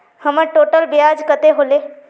हमर टोटल ब्याज कते होले?